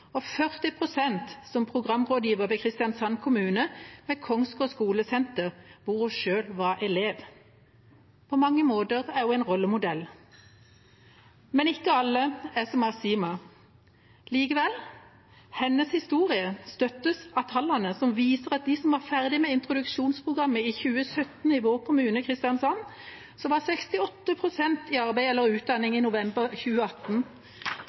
40 pst. som programrådgiver for Kristiansand kommune ved Kongsgård skolesenter, der hun selv var elev. På mange måter er hun en rollemodell. Ikke alle er som Arsiema, men likevel støttes hennes historie av tallene, som viser at av de som var ferdige med introduksjonsprogrammet i 2017 i vår kommune, Kristiansand, var 68 pst. i arbeid eller utdanning i november 2018.